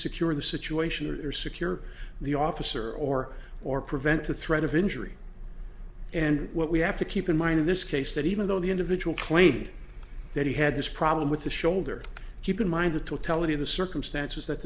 secure the situation or secure the officer or or prevent the threat of injury and what we have to keep in mind in this case that even though the individual claimed that he had this problem with the shoulder keep in mind the totality of the circumstances that